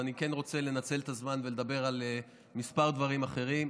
אבל אני כן רוצה לנצל את הזמן ולדבר על כמה דברים אחרים.